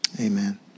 Amen